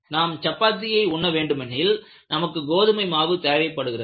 நாம் சப்பாத்தியை உண்ண வேண்டுமெனில் நமக்கு கோதுமை மாவு தேவைப்படுகிறது